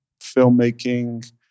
filmmaking